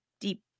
deep